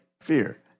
fear